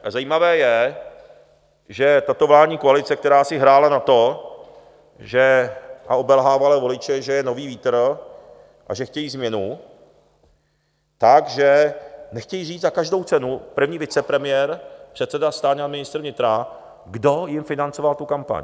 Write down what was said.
A zajímavé je, že tato vládní koalice, která si hrála na to a obelhávala voliče, že je nový vítr a že chtějí změnu, tak že nechtějí říct za každou cenu, první vicepremiér, předseda STAN a ministr vnitra, kdo jim financoval tu kampaň.